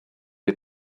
had